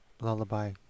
lullaby